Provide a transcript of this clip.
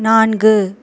நான்கு